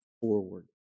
forward